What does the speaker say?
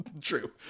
true